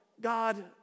God